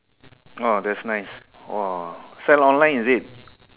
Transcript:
!wah! that's nice !wah! sell online is it